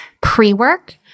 pre-work